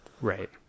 Right